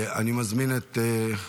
אני מזמין את,